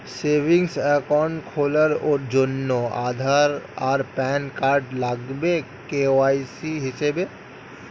savings account খোলার জন্যে আধার আর প্যান কার্ড লাগবে কে.ওয়াই.সি হিসেবে